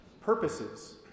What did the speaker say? purposes